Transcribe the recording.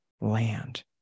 land